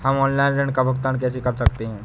हम ऑनलाइन ऋण का भुगतान कैसे कर सकते हैं?